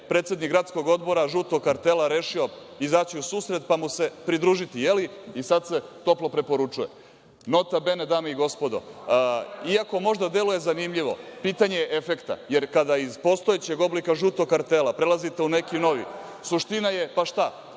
predsednik gradskog odbora žutog kartela rešio izaći u susret i pridružiti mu se, pa se sad toplo preporučuje. „Nota bene“, dame i gospodo. Iako možda deluje zanimljivo, pitanje efekta, jer kada iz postojećeg oblika žutog kartela prelazite u neki novi, suština je – pa šta?